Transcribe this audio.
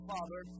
Father